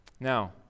Now